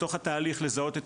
בתוך התהליך לזהות את